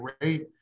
great